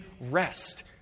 rest